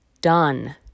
done